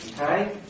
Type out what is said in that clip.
okay